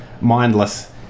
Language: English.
mindless